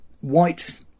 white